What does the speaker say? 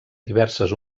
diverses